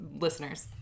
listeners